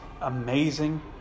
amazing